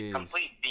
complete